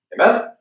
Amen